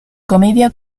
comedia